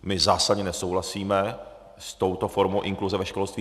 My zásadně nesouhlasíme s touto formou inkluze ve školství.